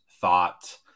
thought